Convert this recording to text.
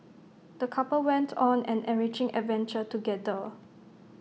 the couple went on an enriching adventure together